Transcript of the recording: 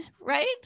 Right